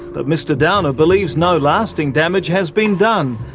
but mr downer believes no lasting damage has been done,